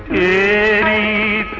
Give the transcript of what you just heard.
a